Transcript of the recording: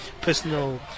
personal